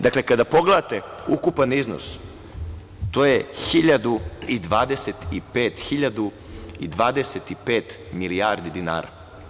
Dakle, kada pogledate ukupan iznos to je 1.025 milijardi dinara.